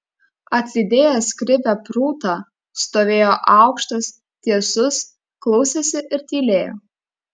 atlydėjęs krivę prūtą stovėjo aukštas tiesus klausėsi ir tylėjo